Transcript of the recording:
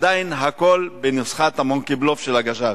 עדיין הכול בנוסחת ה"מונקי-בלוף" של "הגשש".